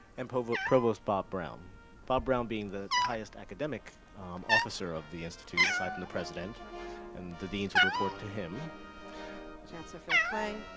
and provost provost bob brown bob brown, being the highest academic officer of the institute aside from the president and the deans would report to him. jones chancellor phil clay,